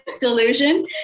delusion